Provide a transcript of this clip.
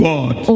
God